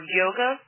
yoga